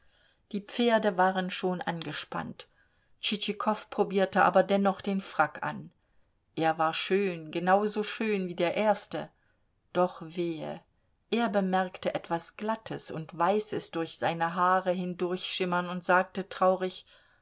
die pferde waren schon angespannt tschitschikow probierte aber dennoch den frack an er war schön genau so schön wie der erste doch wehe er bemerkte etwas glattes und weißes durch seine haare hindurchschimmern und sagte traurig